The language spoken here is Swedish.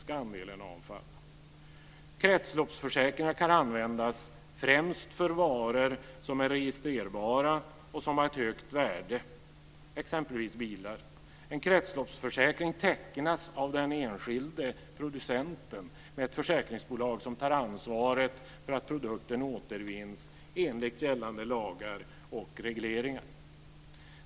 Kretsloppsförsäkringar kan användas främst för varor som är registrerbara och som har ett högt värde, exempelvis bilar. En kretsloppsförsäkring tecknas av den enskilde producenten med ett försäkringsbolag som tar ansvaret för att produkten återvinns enligt gällande lagar och regleringar.